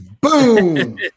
Boom